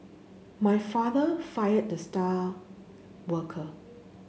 my father fired the star worker